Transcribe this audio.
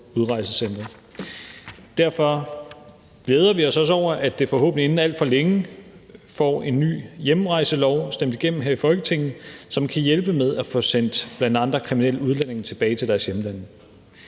udrejsecentre. Derfor glæder vi os også over, at vi forhåbentlig inden alt for længe får en ny hjemrejselov stemt igennem her i Folketinget, som kan hjælpe med at få sendt bl.a. kriminelle udlændinge tilbage til deres hjemlande.